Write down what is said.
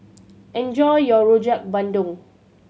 enjoy your Rojak Bandung